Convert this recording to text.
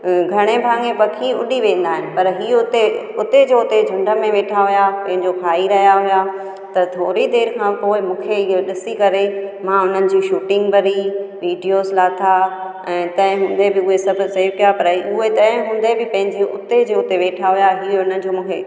घणे भाङे पखी उॾी वेंदा आहिनि पर हीउ उते उते जो उते झुंड में वेठा हुया पंहिंजो खाई रहिया हुया त थोरी देरि खां पोइ मूंखे इहो ॾिसी करे मां उन्हनि जूं शूटिंग भरी वीडियोस लाथा ऐं तंहिं हूंदे बि उहे सभु सेव कया पर उहे तंहिं हूंदे बि पंहिंजे उते जो उते वेठा हुया हीउ उन्हनि जो मूंखे